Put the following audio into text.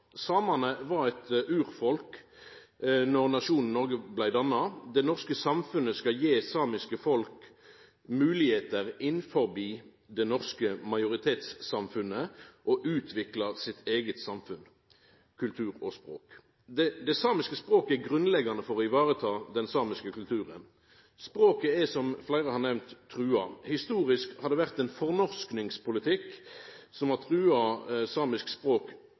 Samane var eit urfolk då nasjonen Noreg blei danna. Det norske samfunnet skal gi det samiske folket moglegheiter innanfor det norske majoritetssamfunnet til å utvikla sitt eige samfunn, sin eigen kultur og sitt eige språk. Det samiske språket er grunnleggjande for å ta vare på den samiske kulturen. Språket er, som fleire har nemnt, trua. Historisk har det vore ein fornorskingspolitikk som har trua samisk språk